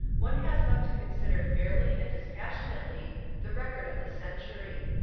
one has but to consider fairly and dispassionately the record of the century.